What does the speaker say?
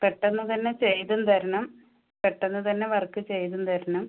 പെട്ടന്ന് തന്നെ ചെയ്തും തരണം പെട്ടന്ന് തന്നെ വർക്ക് ചെയ്തും തരണം